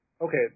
Okay